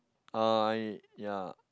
ah ya